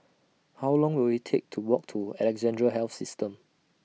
How Long Will IT Take to Walk to Alexandra Health System